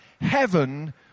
Heaven